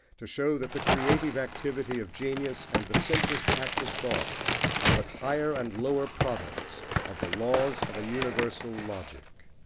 to show that the creative activity of genius and the simplest act of thought are but higher and lower products of the laws of a universal logic.